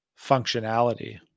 functionality